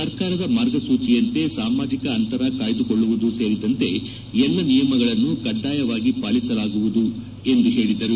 ಸರ್ಕಾರದ ಮಾರ್ಗಸೂಚಿಯಂತೆ ಸಾಮಾಜಿಕ ಅಂತರ ಕಾಯ್ದುಕೊಳ್ಳುವುದು ಸೇರಿದಂತೆ ಎಲ್ಲ ನಿಯಮಗಳನ್ನು ಕಡ್ಡಾಯವಾಗಿ ಪಾಲಿಸಲಾಗುವುದು ಎಂದು ಹೇಳಿದರು